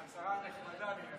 השרה הנחמדה לעניינים חשובים.